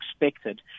expected